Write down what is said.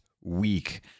week